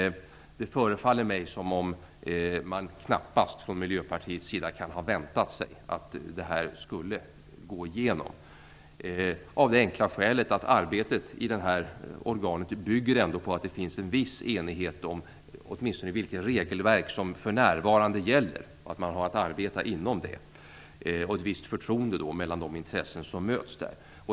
Det förefaller mig som om Miljöpartiet knappast kan ha väntat att detta skulle gå igenom av det enkla skälet att arbetet i det här organet ändå bygger på att det finns en viss enighet om åtminstone vilket regelverk som för närvarande gäller och att man har att arbeta inom det. Det bygger också på att det finns ett visst förtroende mellan de intressen som möts där.